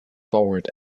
forward